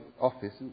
office